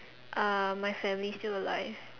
are my family still alive